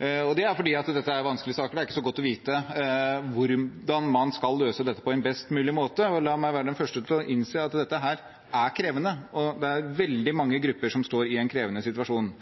Det er fordi dette er vanskelige saker – det er ikke så godt å vite hvordan man skal løse dette på en best mulig måte. La meg være den første til å innse at dette er krevende, og det er veldig mange grupper som står i en krevende situasjon.